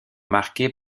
marqués